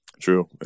True